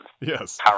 Yes